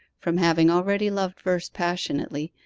from having already loved verse passionately,